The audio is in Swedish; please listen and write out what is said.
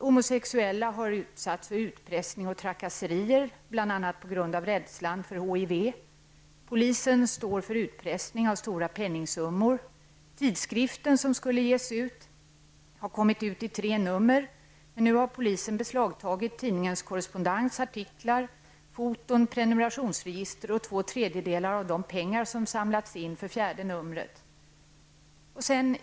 Homosexuella har utsatts för utpressning och trakasserier, bl.a. på grund av rädslan för HIV. Polisen gör sig skyldig till utpressning av stora penningssummor. Den tidsskrift som skulle ges ut har kommit ut i tre nummer. Men polisen har nu beslagtagit tidningens korrespondens, artiklar, foton, prenumerationsregister och två tredjedelar av de pengar som samlats in för fjärde numret.